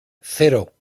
cero